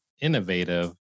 innovative